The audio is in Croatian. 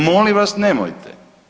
Molim vas nemojte.